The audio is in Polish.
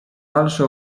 dalsze